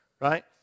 right